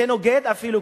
זה נוגד אפילו,